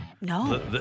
No